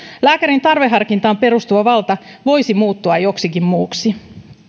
lääkärin tarveharkintaan perustuva valta voisi muuttua joksikin muuksi